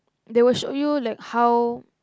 they will show you like how